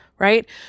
Right